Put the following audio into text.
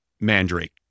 Mandrake